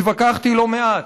התווכחתי לא מעט,